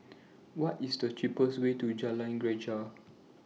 What IS The cheapest Way to Jalan Greja